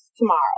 tomorrow